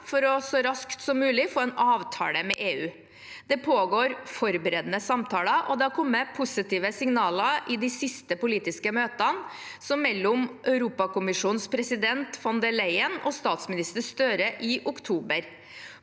for så raskt som mulig å få en avtale med EU. Det pågår forberedende samtaler, og det har kommet positive signaler i de siste politiske møtene, som mellom Europakommisjonens president von der Leyen og statsminister Støre i oktober.